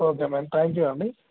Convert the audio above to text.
okay ma'am thank you అండి